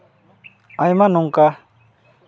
ᱟᱭᱢᱟ ᱱᱚᱝᱠᱟ